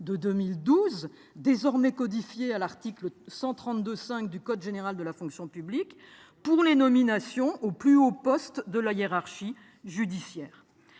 de 2012, désormais codifié à l'article L. 132-5 du code général de la fonction publique, pour les nominations aux plus hauts postes de la hiérarchie judiciaire.